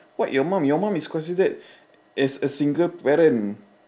what your mum your mum is considered as a single parent